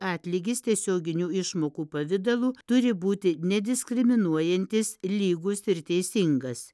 atlygis tiesioginių išmokų pavidalu turi būti nediskriminuojantis lygus ir teisingas